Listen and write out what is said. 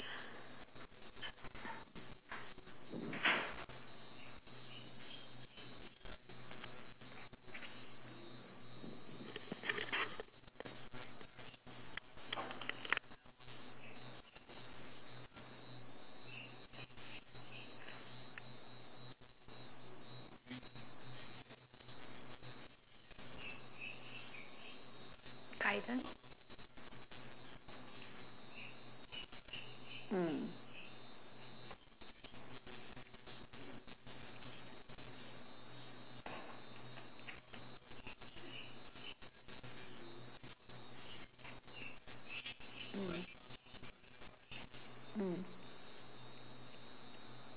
guidance mm mm mm